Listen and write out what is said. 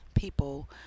People